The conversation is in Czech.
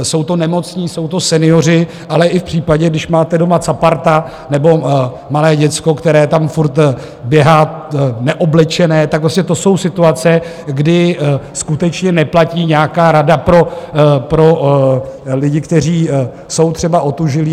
Jsou to nemocní, jsou to senioři, ale i v případě, když máte doma caparta nebo malé děcko, které tam furt běhá neoblečené, tak prostě to jsou situace, kdy skutečně neplatí nějaká rada pro lidi, kteří jsou třeba otužilí.